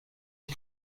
ich